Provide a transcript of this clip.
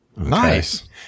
Nice